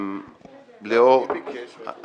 מי ביקש?